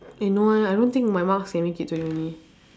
eh no eh I don't think my marks can make it to uni